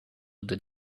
that